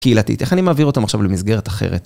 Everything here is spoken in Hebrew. קהילתית, איך אני מעביר אותם עכשיו למסגרת אחרת?